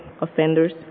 offenders